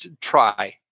try